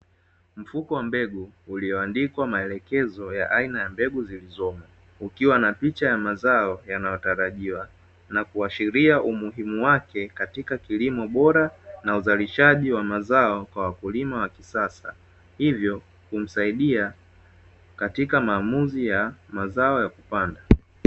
Mfuko wa mbegu ulioandikwa maelekezo ya aina ya mbegu zilizomo, ukiwa na picha ya mazao yanayotarajiwa na kuashiria umuhimu wake katika kilimo bora na uzalishaji wa mazao kwa wakulima wa kisasa, hivyo kumsaidia katika maamuzi ya mazao ya kupanda.